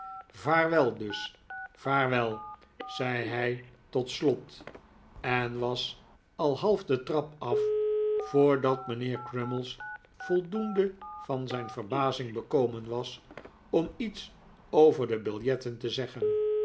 vaarwel dus vaarwel zei hij tot slot en was al half de trap af voordat mijnheer crummies voldoende van zijn verbazing bekomen was om iets over de biljetten te zeggen